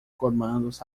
comandos